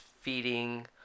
feeding